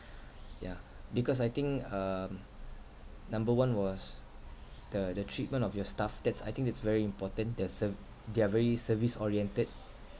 yeah because I think um number one was the the treatment of your staff that's I think that's very important the serv~ they are very service oriented